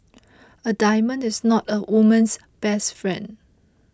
a diamond is not a woman's best friend